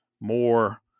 more